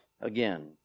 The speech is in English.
again